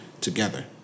together